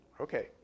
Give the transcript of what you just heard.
Okay